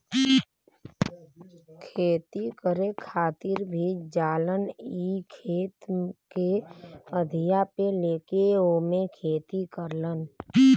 खेती करे खातिर भी जालन इ खेत के अधिया पे लेके ओमे खेती करलन